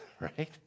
Right